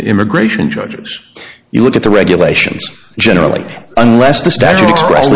to immigration judges you look at the regulations generally unless the